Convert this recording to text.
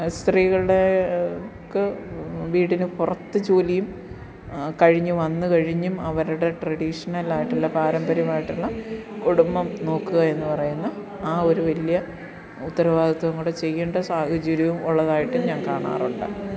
സ്ത്രീകളുടെ വീടിന് പുറത്ത് ജോലിയും കഴിഞ്ഞ് വന്നു കഴിഞ്ഞും അവരുടെ ട്രഡീഷ്ണലായിട്ടുള്ള പാരമ്പര്യമായിട്ടുള്ള കുടുംബം നോക്കുക എന്ന് പറയുന്ന ആ ഒരു വലിയ ഉത്തരവാദിത്തം കൂടെ ചെയ്യേണ്ട സാഹചര്യവും ഉള്ളതായിട്ട് ഞാൻ കാണാറുണ്ട്